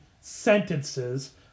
sentences